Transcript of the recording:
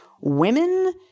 women